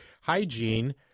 Hygiene